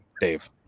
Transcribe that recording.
Dave